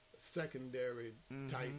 secondary-type